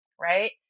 right